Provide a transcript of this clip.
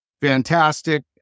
fantastic